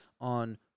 on